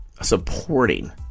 supporting